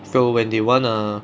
so when they wanna